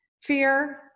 fear